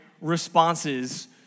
responses